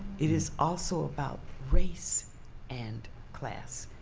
it is also about race and class.